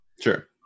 Sure